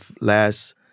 last